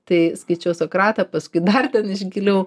tai skaičiau sokratą paskui dar ten iš giliau